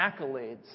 accolades